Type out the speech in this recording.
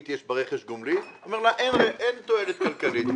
יש ברכש גומלין והיא אמרה לה שאין תועלת כלכלית.